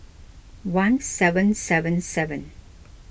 one seven seven seven